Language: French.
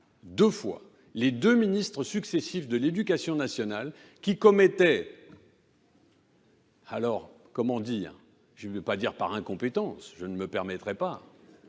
deux fois, les deux ministres successifs de l'Éducation nationale qui commettaient Alors, comment dire ? Je ne veux pas dire par incompétence, je ne me permettrai pas.